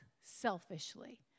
selfishly